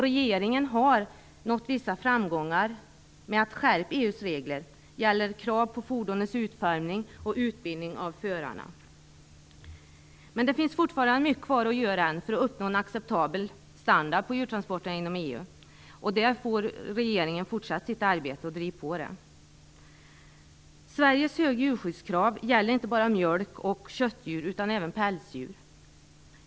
Regeringen har nått vissa framgångar med att skärpa EU:s regler för krav på fordonens utformning och utbildningen av förarna. Men det finns fortfarande mycket kvar att göra för att uppnå en acceptabel standard på djurtransporterna inom EU. Regeringen får fortsätta sitt arbete med att driva detta. Sveriges höga djurskyddskrav gäller inte bara mjölk och köttdjur, utan även pälsdjur.